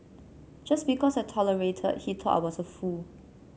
just because I tolerated he thought I was a fool